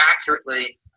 accurately